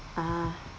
ah